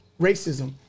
Racism